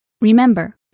Remember